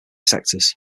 sectors